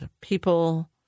people